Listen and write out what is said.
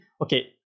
okay